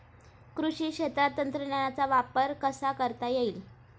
कृषी क्षेत्रात तंत्रज्ञानाचा वापर कसा करता येईल?